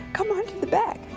come on to the back.